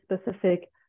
specific